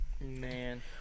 Man